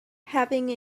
having